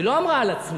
היא לא אמרה על עצמה.